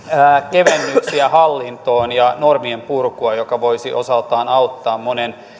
kevennyksiä hallintoon ja normien purkua joka voisi osaltaan auttaa monen